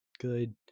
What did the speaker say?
good